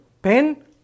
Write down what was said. Pen